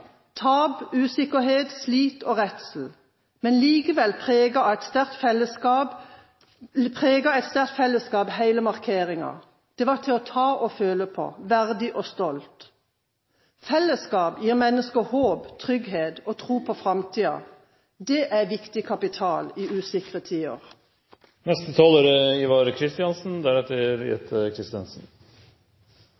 tap, usikkerhet, slit og redsel. Men likevel preget et sterkt fellesskap hele markeringen. Den var til å ta og føle på. Det var verdig og stolt. Fellesskap gir mennesker håp, trygghet og tro på framtida. Det er viktig kapital i usikre tider. Jeg er taler